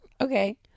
Okay